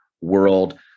world